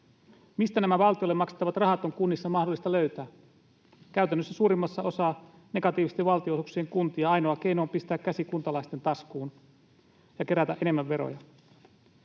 Mistä nämä valtiolle maksettavat rahat on kunnissa mahdollista löytää? Käytännössä suurimmassa osaa negatiivisten valtionosuuksien kuntia ainoa keino on pistää käsi kuntalaisten taskuun ja kerätä enemmän veroja.